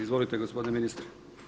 Izvolite gospodine ministre.